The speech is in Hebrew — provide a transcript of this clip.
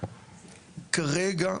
כרגע,